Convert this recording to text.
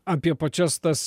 apie pačias tas